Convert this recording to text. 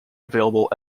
available